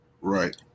right